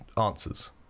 answers